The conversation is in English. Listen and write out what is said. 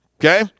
Okay